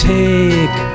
take